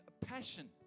passion